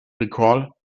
recall